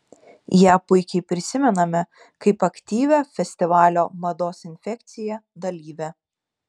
ją puikiai prisimename kaip aktyvią festivalio mados infekcija dalyvę